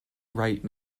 right